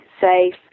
safe